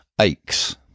aches